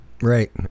Right